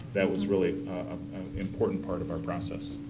that was really an important part of our process.